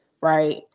right